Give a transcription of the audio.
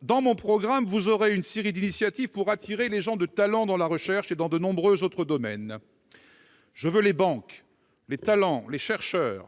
« Dans mon programme, vous aurez une série d'initiatives pour attirer les gens de talent dans la recherche, et dans de nombreux autres domaines. [...] Je veux les banques, les talents, les chercheurs,